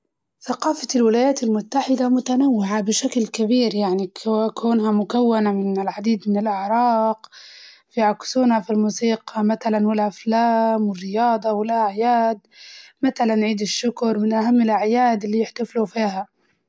ثقافة الولايات المتحدة متنوعة بشكل كبير يعني، كو- كونها مكونة من العديد من الأعراق فيعكسونا في الموسيقى متلاً والأفلام والرياضة والأعياد، متلاً عيد الشكر من أهم الأعياد اللي يحتفلون فيها.